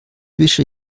wische